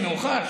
19:30 מאוחר?